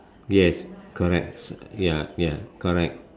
yes correct ya ya correct